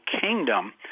Kingdom